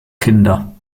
kinder